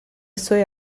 sue